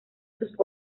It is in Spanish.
sus